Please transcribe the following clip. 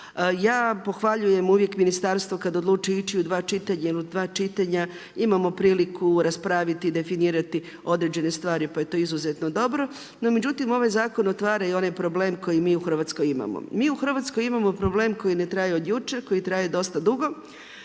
Ja pohvaljujem uvijek ministarstvo kada odluči ići u dva čitanja jel u dva čitanja imamo priliku raspraviti i definirati određene stvari pa je to izuzetno dobro, no međutim ovaj zakon otvara i onaj problem koji mi u Hrvatskoj imamo. Mi u Hrvatskoj imamo problem koji ne traje od jučer koji traje dosta dugo,